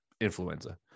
influenza